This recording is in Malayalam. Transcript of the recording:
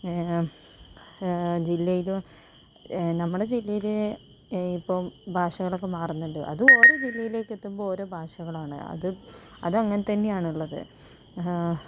ജില്ലയിലും നമ്മുടെ ജില്ലയിൽ ഇപ്പം ഭാഷകളൊക്കെ മാറുന്നുണ്ട് അത് ഓരോ ജില്ലയിലേയ്ക്ക് എത്തുമ്പോൾ ഓരോ ഭാഷകളാണ് അത് അതങ്ങനെത്തന്നെയാണ് ഉള്ളത്